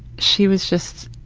she was just,